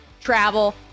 travel